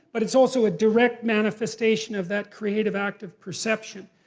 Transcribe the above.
but it's also a direct manifestation of that creative act of perception.